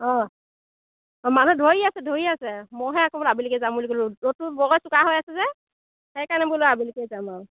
অ মানুহে ধৰি আছে ধৰি আছে মইহে আকৌ বোলো আবেলিকৈ যাম বুলি ক'লোঁ ৰ'দটো বৰকৈ চোকা হৈ আছে যে সেইকাৰণে বোলো আবেলিকেই যাম আৰু